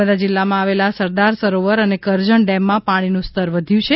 નર્મદા જિલ્લામાં આવેલા સરદાર સરોવર અને કરજણ ડેમમાં પાણીનું સ્તર વધ્યું છે